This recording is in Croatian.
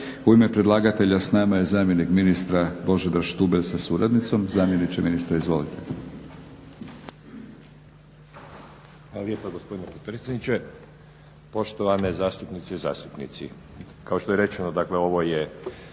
U ime predlagatelja s nama je zamjenik ministra Božidar Štubelj sa suradnicom. Zamjeniče ministra izvolite.